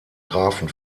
grafen